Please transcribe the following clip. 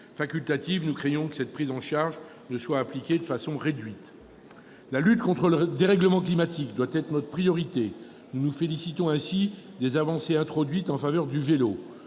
salarié. Nous craignons que cette prise en charge facultative ne soit appliquée que de manière réduite. La lutte contre le dérèglement climatique doit être notre priorité. Nous nous félicitons ainsi des avancées introduites en faveur du vélo